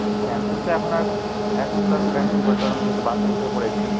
cancel তো এখন আর এখন তো আর ক্যানসেল করতে পারব না যেহেতু বাসে উঠে পড়েছেন